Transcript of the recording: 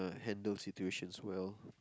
handle situations well